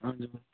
हजुर